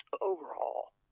overhaul